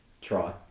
try